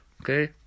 okay